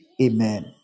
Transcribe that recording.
Amen